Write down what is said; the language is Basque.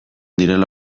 direla